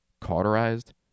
cauterized